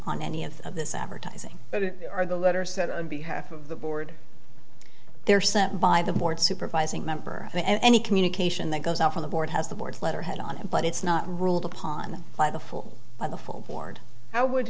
on any of this advertising or the letter said on behalf of the board they're sent by the board supervising member to any communication that goes on for the board has the board letterhead on it but it's not ruled upon by the full by the full board i would